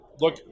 look